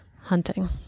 Hunting